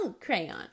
Crayon